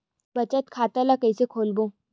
बचत खता ल कइसे खोलबों?